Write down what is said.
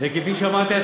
יש תפילת ערבית,